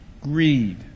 greed